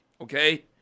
Okay